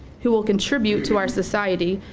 who will contribute to our society,